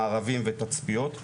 מארבים ותצפיות.